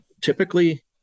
typically